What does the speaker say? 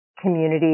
community